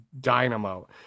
dynamo